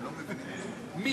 מי?